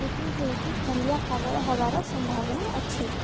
ପିଟି ହୋଇକି ଖଣ୍ଡିଆ ଖାବରା ହେବାର ସମ୍ଭାବନା ଅଛି